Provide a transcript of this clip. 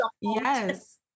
yes